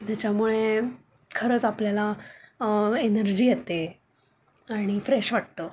त्याच्यामुळे खरंच आपल्याला एनर्जी येते आणि फ्रेश वाटतं